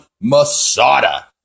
Masada